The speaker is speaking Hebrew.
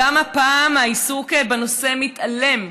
גם הפעם העיסוק בנושא מתעלם,